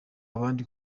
abandi